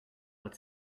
but